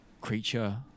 creature